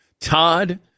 Todd